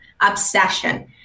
Obsession